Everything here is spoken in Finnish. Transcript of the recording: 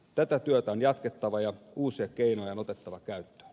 tätä työtä on jatkettava ja uusia keinoja on otettava käyttöön